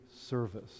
service